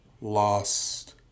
lost